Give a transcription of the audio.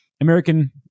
American